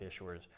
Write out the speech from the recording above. issuers